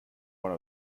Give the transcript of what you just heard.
one